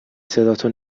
صداتو